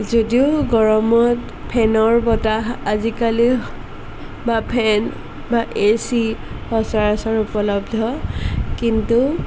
যদিও গৰমত ফেনৰ বতাহ আজিকালি বা ফেন বা এ চি সচৰাচৰ উপলব্ধ কিন্তু